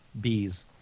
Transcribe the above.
bees